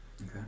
Okay